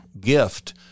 gift